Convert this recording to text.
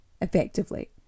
effectively